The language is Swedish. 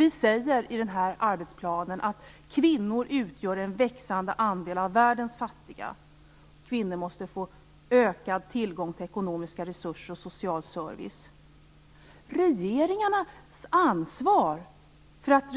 I arbetsplanen sägs att kvinnor utgör en växande andel av världens fattiga och att de måste få ökad tillgång till ekonomiska resurser och social service. Det är regeringarnas ansvar att